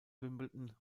wimbledon